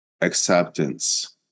acceptance